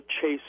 Chase